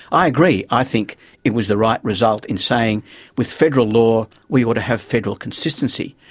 i agree, i think it was the right result in saying with federal law we ought to have federal consistency.